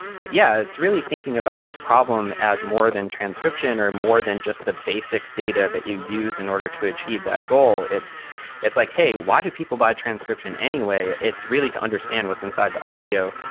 but yeah, it's really thinking about this problem as more than transcription or more than just the basic data that you use in order to achieve that goal. it's it's like, hey, why do people buy transcription anyway? it's really to understand what's inside the audio.